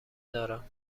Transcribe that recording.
دارم